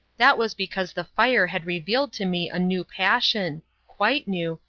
that was because the fire had revealed to me a new passion quite new,